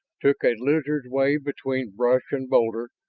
took a lizard's way between brush and boulder,